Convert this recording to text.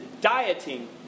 dieting